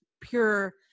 pure